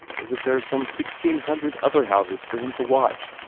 is that there are some sixteen hundred other houses for him to watch,